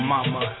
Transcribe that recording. Mama